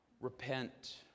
Repent